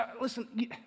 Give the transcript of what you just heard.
Listen